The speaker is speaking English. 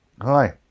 Hi